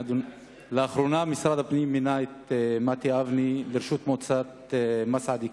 לאחרונה משרד הפנים מינה את מתי אבני לראשות מועצת מסעדה,